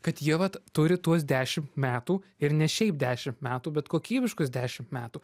kad jie vat turi tuos dešimt metų ir ne šiaip dešimt metų bet kokybiškus dešimt metų